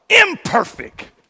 imperfect